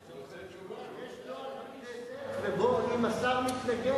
תשובה, יש נוהל בכנסת שבו אם השר מתנגד,